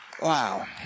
wow